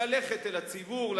ללכת אל הציבור,